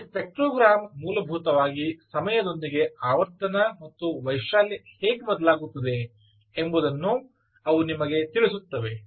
ಈ ಸ್ಪೆಕ್ಟ್ರೋಗ್ರಾಮ್ ಮೂಲಭೂತವಾಗಿ ಸಮಯದೊಂದಿಗೆ ಆವರ್ತನ ಮತ್ತು ವೈಶಾಲ್ಯ ಹೇಗೆ ಬದಲಾಗುತ್ತವೆ ಎಂಬುದನ್ನು ಅವು ನಿಮಗೆ ತಿಳಿಸುತ್ತವೆ